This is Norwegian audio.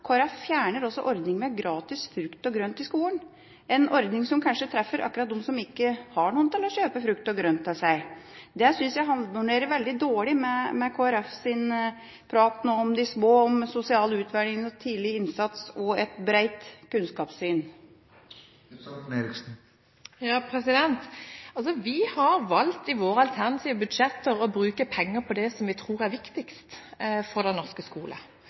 Folkeparti fjerner også ordninga med gratis frukt og grønt i skolen, ei ordning som kanskje treffer akkurat dem som ikke har noen til å kjøpe frukt og grønt til seg. Det synes jeg harmonerer veldig dårlig med Kristelig Folkepartis prat nå om de små, om sosial utvelging, tidlig innsats og et bredt kunnskapssyn. Vi har valgt i vårt alternative budsjett å bruke penger på det som vi tror er viktigst for den norske skole.